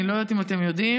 אני לא יודעת אם אתם יודעים,